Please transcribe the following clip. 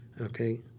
Okay